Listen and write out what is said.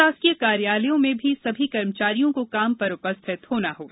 शासकीय कार्यालयों में भी सभी कर्मचारियों को काम पर उपस्थित होना होगा